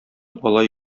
алай